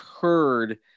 heard